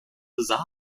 design